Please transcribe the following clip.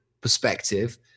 perspective